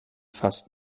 fast